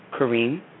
Kareem